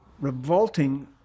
revolting